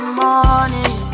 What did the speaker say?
morning